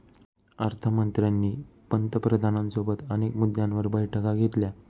अर्थ मंत्र्यांनी पंतप्रधानांसोबत अनेक मुद्द्यांवर बैठका घेतल्या